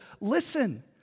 listen